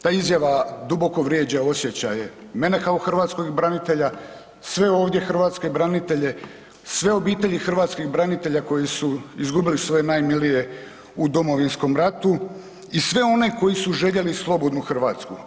Ta izjava duboko vrijeđa osjećaje mene kao hrvatskog branitelja, sve ovdje hrvatske branitelje, sve obitelji hrvatskih branitelja koji su izgubili svoje najmilije u Domovinskom ratu i sve one koji su željeli slobodnu Hrvatsku.